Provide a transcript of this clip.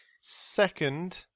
second